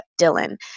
Dylan